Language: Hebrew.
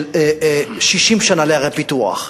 של 60 שנה לערי הפיתוח,